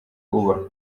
uba